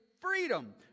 freedom